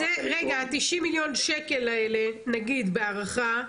רגע, ה-90 מיליון שקלים האלה, בהערכה,